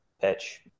pitch